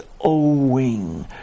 owing